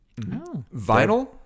Vinyl